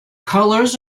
colors